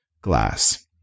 glass